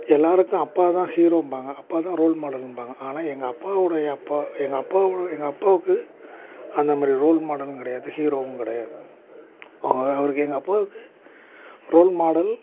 எல்லாேருக்கும் அப்பாதான் ஹீரோம்பாங்க அப்பாதான் ரோல் மாடலும்பாங்க ஆனால் எங்கள் அப்பாவுடைய அப்பா எங்கள் அப்பா எங்கள் அப்பாவுக்கு அந்தமாதிரி ரோல் மாடலும் கிடையாது ஹீரோவும் கிடையாது பாவம் அவருக்கு எங்கள் அப்பாவுக்கு ரோல் மாடல்